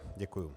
Děkuju.